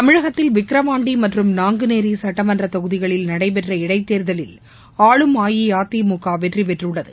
தமிழகத்தில் விக்கிரவாண்டி மற்றும் நாங்குநேரி சுட்டமன்றத் தொகுதிகளில் நடைபெற்ற இடைத்தேர்தலில் ஆளும் அஇஅதிமுக வெற்றிபெற்றுள்ளது